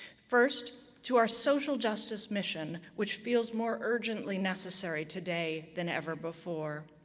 first, to our social justice mission, which feels more urgently necessary today than ever before.